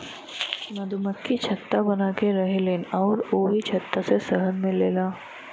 मधुमक्खि छत्ता बनाके रहेलीन अउरी ओही छत्ता से शहद मिलेला